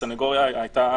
הסנגוריה הייתה